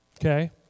Okay